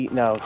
no